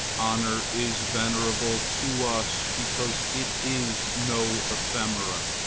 honor is venerable to us because it is no ephemera.